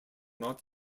not